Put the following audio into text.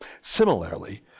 Similarly